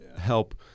help